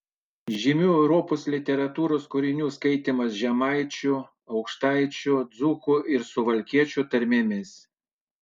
žymių europos literatūros kūrinių skaitymas žemaičių aukštaičių dzūkų ir suvalkiečių tarmėmis